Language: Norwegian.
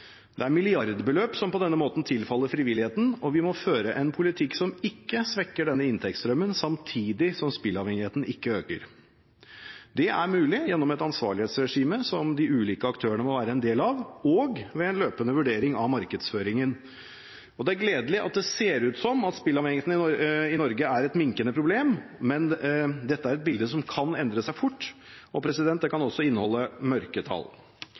Det er milliardbeløp som på denne måten tilfaller frivilligheten, og vi må føre en politikk som ikke svekker denne inntektsstrømmen, samtidig som spilleavhengigheten ikke øker. Dette er mulig gjennom et ansvarlighetsregime som de ulike aktørene må være en del av, og ved en løpende vurdering av markedsføringen. Det er gledelig at det ser ut som at spilleavhengighet i Norge er et minkende problem, men dette er et bilde som kan endre seg fort, og det kan også inneholde mørketall.